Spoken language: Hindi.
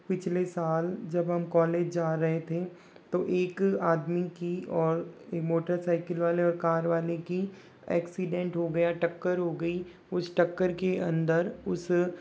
पिछले साल जब हम कॉलेज जा रहे थे तो एक आदमी की और मोटर साईकल वाले और कार वाले की ऐक्सीडेंट हो गया टक्कर हो गई उस टक्कर के अंदर उस